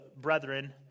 brethren